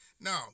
Now